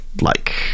like-